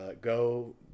go